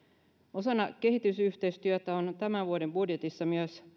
osana kehitysyhteistyötä on tämän vuoden budjetissa